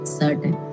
certain